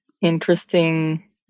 interesting